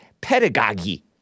pedagogy